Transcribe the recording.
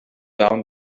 down